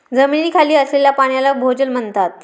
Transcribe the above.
जमिनीखाली असलेल्या पाण्याला भोजल म्हणतात